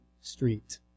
street